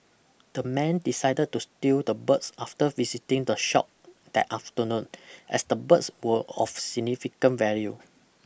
the men decided to steal the birds after visiting the shop that afternoon as the birds were of significant value